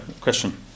question